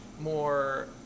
more